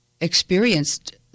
experienced